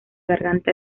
garganta